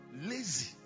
Lazy